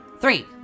Three